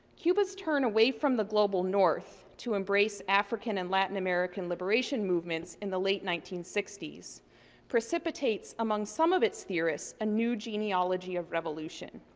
cuba's turn away from the global north to embrace african and latin american liberation movements in the late nineteen sixty s precipitates, among some of its theorists, a new genealogy of revolution.